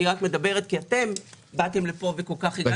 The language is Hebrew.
אני רק מדברת כי אתם באתם לפה וכל כך התנגדתם.